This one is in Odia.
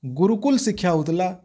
ଗୁରୁକୁଳ ଶିକ୍ଷା ହଉଥିଲା